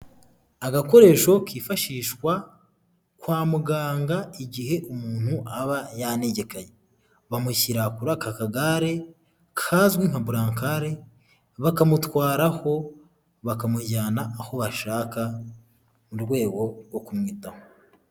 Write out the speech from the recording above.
Agakoresho kifashishwa kwa muganga igihe umuntu aba yanegekaye, bamushyira kuri aka kagare kazwi nka burankare bakamutwaraho bakamujyana aho bashaka mu rwego rwo kumwitaho.